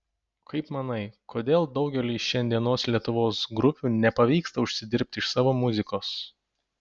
kaip manai kodėl daugeliui šiandienos lietuvos grupių nepavyksta užsidirbti iš savo muzikos